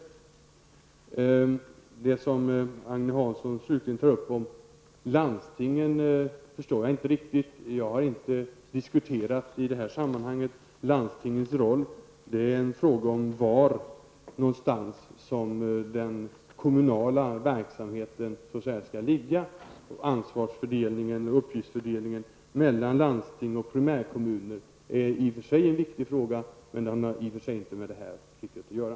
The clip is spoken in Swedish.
Det som Agne Hansson slutligen tog upp om landstingen förstår jag inte riktigt. Jag har inte här diskuterat landstingens roll. Det är väl fråga om var någonstans den kommunala verksamheten så att säga skall ligga -- ansvarsfördelningen och uppgiftsfördelningen mellan landstingen och primärkommunerna. Det är i och för sig en viktig fråga, men den har inte med detta att göra.